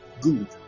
Good